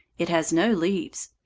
it has no leaves.